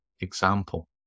example